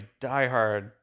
diehard